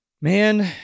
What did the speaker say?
Man